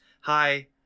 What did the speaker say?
hi